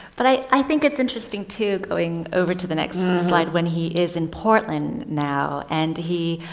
but i i think it's interesting to, going over to the next slide, when he is in portland now, and he